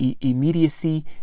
immediacy